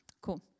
Cool